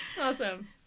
Awesome